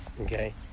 okay